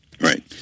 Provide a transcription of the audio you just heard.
Right